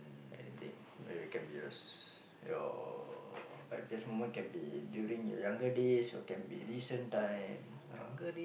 anything maybe can be a s~ your happiest moment can be during your younger days or can be recent times ah